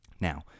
now